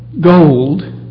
gold